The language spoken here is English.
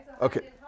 Okay